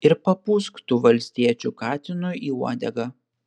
ir papūsk tu valstiečių katinui į uodegą